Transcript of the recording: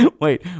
Wait